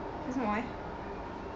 为什么 leh